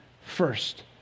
first